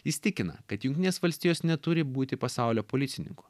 jis tikina kad jungtinės valstijos neturi būti pasaulio policininku